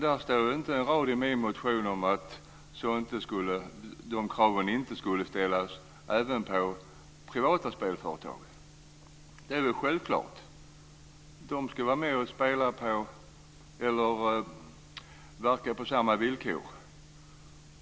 Det står inte en rad i min motion om att de kraven inte skulle ställas även på privata spelföretag. Det är väl självklart. De privata företagen ska vara med och verka på samma villkor.